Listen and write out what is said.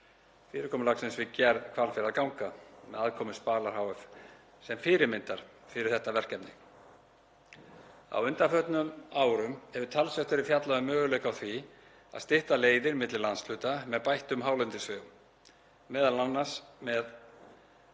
fyrirkomulagsins við gerð Hvalfjarðarganga með aðkomu Spalar hf. sem fyrirmyndar fyrir þetta verkefni. Á undanförnum árum hefur talsvert verið fjallað um möguleika á því að stytta leiðir milli landshluta með bættum hálendisvegum, m.a. með